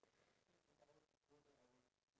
~tion of the country itself